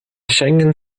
schengen